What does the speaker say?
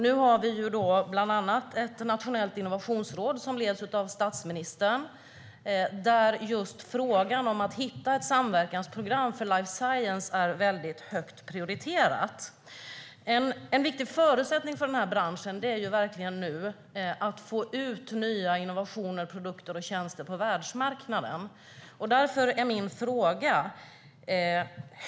Nu finns bland annat ett nationellt innovationsråd som leds av statsministern. Just frågan om att hitta ett samverkansprogram för life science är högt prioriterad. En viktig förutsättning för branschen är att få ut nya innovationer, produkter och tjänster på världsmarknaden.